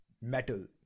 metal